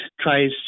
tries